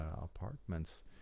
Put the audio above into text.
apartments